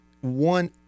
one